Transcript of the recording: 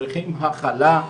צריכים הכלה,